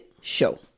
show